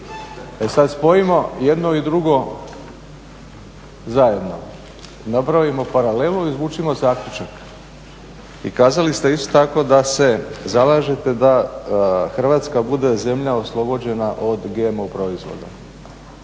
E sad spojimo jedno i drugo zajedno, napravimo paralelu, izvucimo zaključak. I kazali ste isto tako da se zalažete da Hrvatska bude zemlja oslobođena od GMO proizvoda.